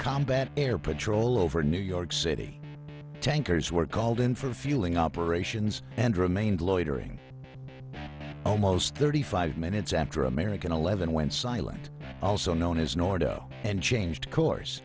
combat air patrol over new york city tankers were called in for fueling operations and remained loitering almost thirty five minutes after american eleven went silent also known as nordo and changed course